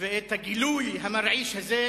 ואת הגילוי המרעיש הזה,